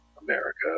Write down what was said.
America